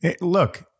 look